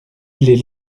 les